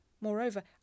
Moreover